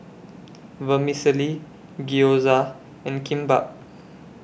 Vermicelli Gyoza and Kimbap